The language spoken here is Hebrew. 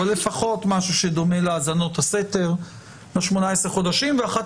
אבל לפחות משהו שדומה להאזנות הסתר ב-18 החודשים ואחת